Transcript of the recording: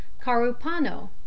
Carupano